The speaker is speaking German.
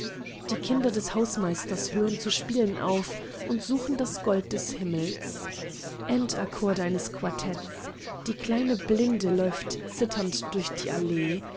die kinder des hausmeisters hören zu spielen auf und suchen das gold des himmels endakkorde eines quartetts die kleine blinde läuft zitternd durch die allee